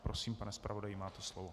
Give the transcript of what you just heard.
Prosím, pane zpravodaji, máte slovo.